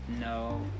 No